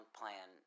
plan